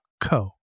co